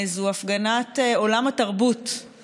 138,000 משכנתאות נדחו ההחזרים שלהן כשניתנה האפשרות של שלושה חודשים.